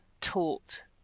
taught